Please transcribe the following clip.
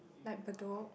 like Bedok